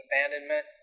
abandonment